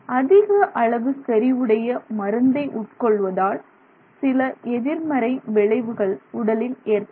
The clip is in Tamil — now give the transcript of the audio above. அதிக அளவு செறிவுடைய மருந்தை உட்கொள்வதால் சில எதிர்மறை விளைவுகள் உடலில் ஏற்படும்